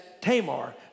Tamar